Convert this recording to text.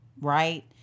Right